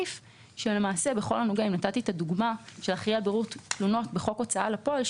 אחראי על בירור תלונות בחוק הוצאה לפועל,